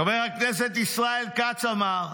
חבר הכנסת ישראל כץ אמר: